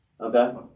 Okay